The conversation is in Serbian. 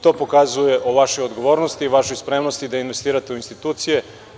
To pokazuje o vašoj odgovornosti i vašoj spremnosti da investirate u institucije.